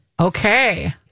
Okay